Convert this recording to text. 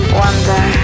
wonder